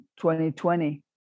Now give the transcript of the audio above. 2020